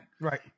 Right